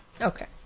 Okay